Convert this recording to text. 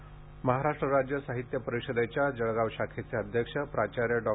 निधन जळगाव महाराष्ट्र राज्य साहित्य परिषदेच्या जळगाव शाखेचे अध्यक्ष प्राचार्य डॉ